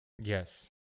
yes